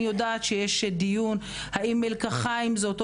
אני יודעת שיש דיון האם מלקחיים זה אותו